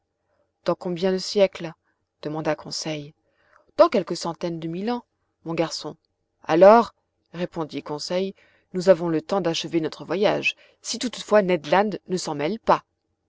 dans combien de siècles demanda conseil dans quelques centaines de mille ans mon garçon alors répondit conseil nous avons le temps d'achever notre voyage si toutefois ned land ne s'en mêle pas